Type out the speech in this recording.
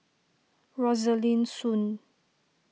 Rosaline Soon